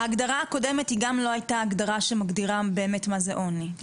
ההגדרה הקודמת גם לא הייתה הגדרה שמגדירה באמת מה זה עוני.